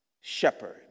shepherd